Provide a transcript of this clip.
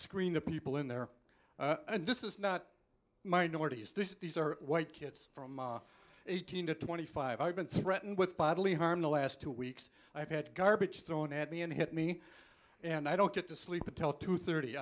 screen the people in there and this is not minorities these are white kids from eighteen to twenty five i've been threatened with bodily harm the last two weeks i've had garbage thrown at me and hit me and i don't get to sleep until two thirty